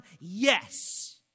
yes